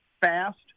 fast